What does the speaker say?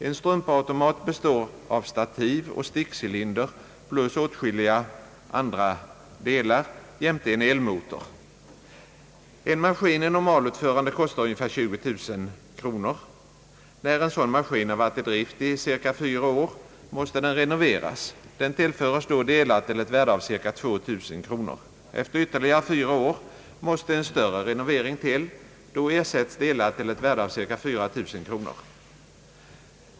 En strumpautomat består av stativ och stickcylinder plus åtskilliga andra delar jämte en elmotor. En maskin i normalutförande kostar ungefär 20 000 kronor. När en sådan maskin har varit i drift cirka fyra år måste den renoveras. Den tillföres då delar till ett värde av ungefär 2000 kronor. Efter ytterligare fyra år måste en större renovering till; då ersätts delar till ett värde av cirka 4000 kronor.